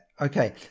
Okay